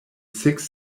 six